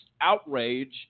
outrage